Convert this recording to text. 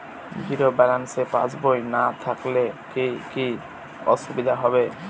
Zero balance পাসবই না থাকলে কি কী অসুবিধা হবে?